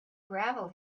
gravel